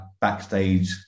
backstage